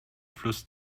fluss